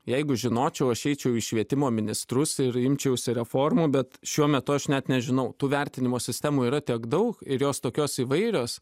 jeigu žinočiau aš eičiau į švietimo ministrus ir imčiausi reformų bet šiuo metu aš net nežinau tų vertinimo sistemų yra tiek daug ir jos tokios įvairios